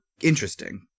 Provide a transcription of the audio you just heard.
interesting